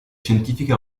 scientifiche